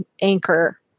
anchor